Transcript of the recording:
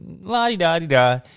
la-di-da-di-da